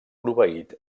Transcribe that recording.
proveït